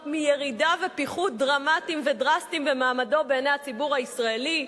מירידה ופיחות דרמטיים ודרסטיים במעמדו בעיני הציבור הישראלי.